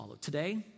Today